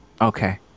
Okay